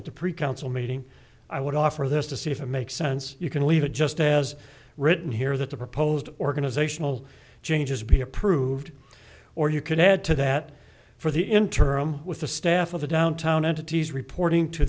at the pre cancer meeting i would offer this to see if it makes sense you can leave it just as written here that the proposed organizational changes be approved or you can add to that for the interim with the staff of the downtown entities reporting to